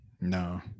no